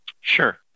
Sure